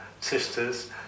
sisters